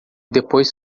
depois